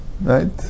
right